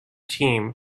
team